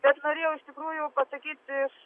bet norėjau iš tikrųjų pasakyt iš